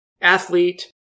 athlete